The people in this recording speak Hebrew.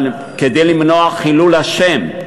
אבל כדי למנוע חילול השם,